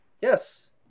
Yes